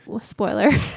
Spoiler